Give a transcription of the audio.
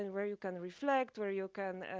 and where you can reflect, where you can,